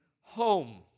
home